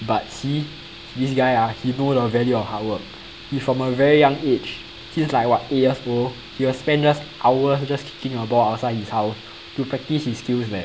but see this guy ah he know the value of hard work he from a very young age since like what eight years old he will spend just hours just kicking a ball outside his house to practice his skills leh